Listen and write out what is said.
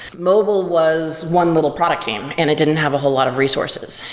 mobile was one little product team and it didn't have a whole lot of resources.